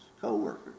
co-workers